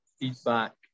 feedback